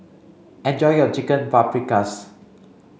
enjoy your Chicken Paprikas